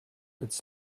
its